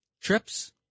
Trips